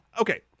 Okay